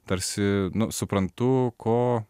tarsi nu suprantu ko